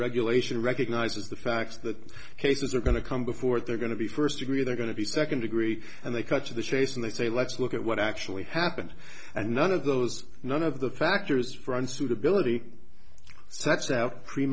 regulation recognizes the fact that cases are going to come before they're going to be first degree they're going to be second degree and they cut to the chase and they say let's look at what actually happened and none of those none of the factors for unsuitability